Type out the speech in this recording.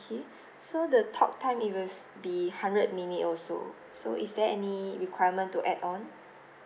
okay so the talk time it would be hundred minute also so is there any requirement to add on